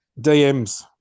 DMs